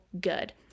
good